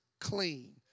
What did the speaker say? clean